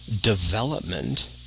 development